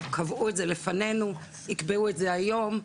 קבעו את זה לפנינו, יקבעו את זה היום,